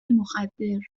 مخدر